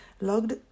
logged